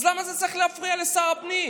אז למה זה צריך להפריע לשר הפנים?